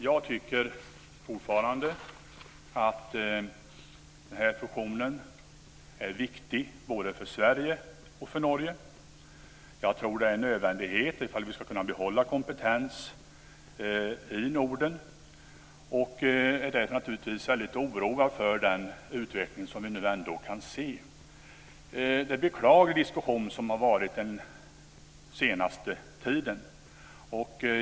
Jag tycker fortfarande att den här fusionen är viktig både för Sverige och för Norge. Jag tror att den är en nödvändighet om vi ska kunna behålla kompetens i Norden, och jag är därför väldigt oroad för den utveckling som vi nu kan se. Det är en beklaglig diskussion som har varit under den senaste tiden.